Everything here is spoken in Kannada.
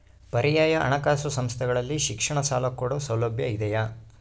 ಪರ್ಯಾಯ ಹಣಕಾಸು ಸಂಸ್ಥೆಗಳಲ್ಲಿ ಶಿಕ್ಷಣ ಸಾಲ ಕೊಡೋ ಸೌಲಭ್ಯ ಇದಿಯಾ?